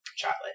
chocolate